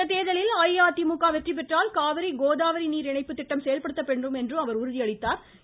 இந்த தேர்தலில் அஇஅதிமுக வெற்றிபெற்றால் காவிரி கோதாவரி நீர் இணைப்பு திட்டம் செயல்படுத்தப்படும் என்று உறுதியளித்தாா்